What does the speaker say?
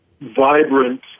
vibrant